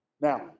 Now